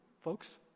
folks